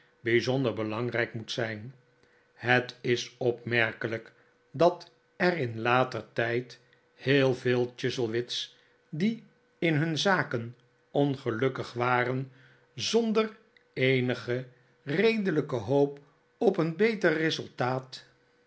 bijzonder belangrijk moet zijn het is opmerkelijk dat er in later tijd heel veel chuzzlewit's die in hun zaken ongelukkig waren zonder eenige redelijke hoop op een beter resultaat